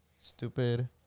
Stupid